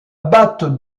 batte